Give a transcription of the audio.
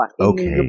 Okay